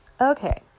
Okay